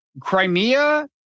Crimea